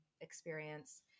experience